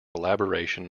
elaboration